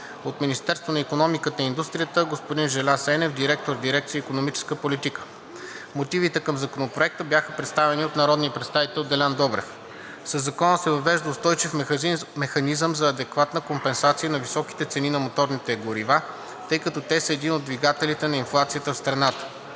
от Министерството на икономиката и индустрията – господин Желяз Енев – директор на дирекция „Икономическа политика“. Мотивите към Законопроекта бяха представени от народния представител Делян Добрев. Със Закона се въвежда устойчив механизъм за адекватна компенсация на високите цени на моторните горива, тъй като те са един от двигателите на инфлацията в страната.